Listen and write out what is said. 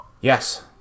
Yes